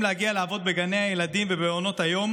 להגיע לעבוד בגני הילדים ובמעונות היום.